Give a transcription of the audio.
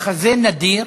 מחזה נדיר